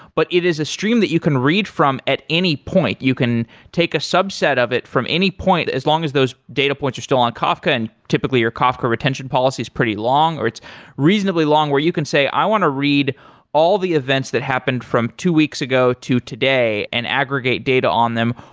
but it is a stream that you can read from at any point. you can take a subset of it from any point, as long as those data points you're still on kafka and typically your kafka retention policy is pretty long, or it's reasonably long where you can say, i want to read all the events that happened from two weeks ago to today and aggregate data on them.